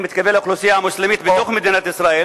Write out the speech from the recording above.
אני מתכוון לאוכלוסייה המוסלמית בתוך מדינת ישראל,